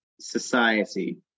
society